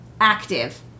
active